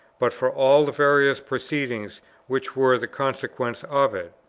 but for all the various proceedings which were the consequence of it.